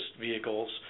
vehicles